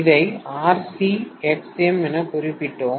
இதை Rc Xm என குரிபிட்டொம்